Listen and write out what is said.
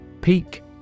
Peak